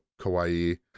kawaii